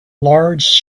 large